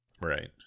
Right